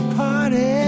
party